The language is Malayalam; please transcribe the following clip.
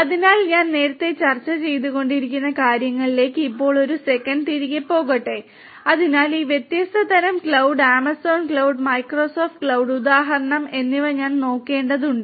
അതിനാൽ ഞാൻ നേരത്തെ ചർച്ച ചെയ്തുകൊണ്ടിരുന്ന കാര്യങ്ങളിലേക്ക് ഇപ്പോൾ ഒരു സെക്കൻഡ് തിരികെ പോകട്ടെ അതിനാൽ ഈ വ്യത്യസ്ത തരം cloud Amazon cloud Microsoft cloud ഉദാഹരണം എന്നിവ ഞാൻ നോക്കേണ്ടതുണ്ട്